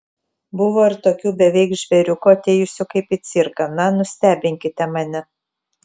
buvo ir tokių beveik žvėriukų atėjusių kaip į cirką na nustebinkite mane